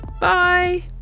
Bye